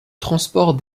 transport